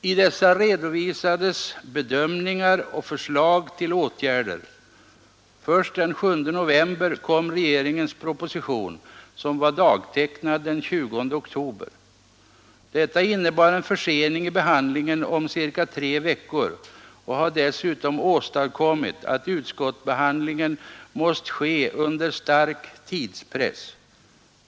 I dessa redovisades bedömningar och förslag till åtgärder. Först den 7 november kom regeringens proposition, som var dagtecknad den 20 oktober. Detta innebar en försening i behandlingen om cirka tre veckor och har dessutom åstadkommit att utskottsbehandlingen måst ske under stark tidspress.